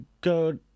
go